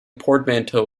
portmanteau